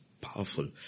powerful